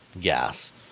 gas